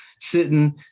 sitting